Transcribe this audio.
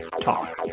talk